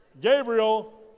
Gabriel